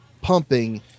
pumping